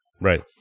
right